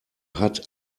hat